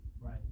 Right